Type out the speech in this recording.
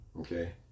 Okay